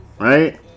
right